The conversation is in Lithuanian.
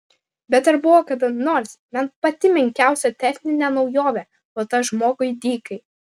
bet ar buvo kada nors bent pati menkiausia techninė naujovė duota žmogui dykai